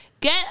get